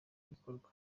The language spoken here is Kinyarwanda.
bikorwa